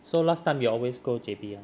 so last time you always go J_B ah